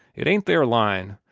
it ain't their line.